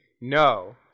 No